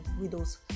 widows